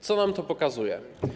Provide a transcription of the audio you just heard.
Co nam to pokazuje?